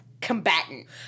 combatant